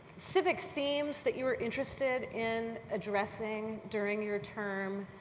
civic themes that you were interested in addressing during your term?